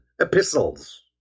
epistles